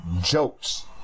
jokes